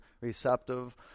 receptive